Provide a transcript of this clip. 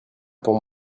pour